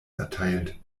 erteilt